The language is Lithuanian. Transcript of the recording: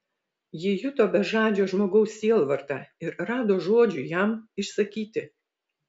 ji juto bežadžio žmogaus sielvartą ir rado žodžių jam išsakyti